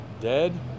dead